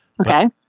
Okay